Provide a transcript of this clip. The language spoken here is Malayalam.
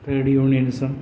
trade unionism